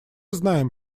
знаем